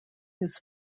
his